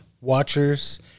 Watchers